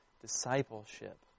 discipleship